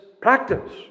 practice